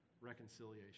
reconciliation